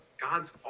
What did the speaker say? God's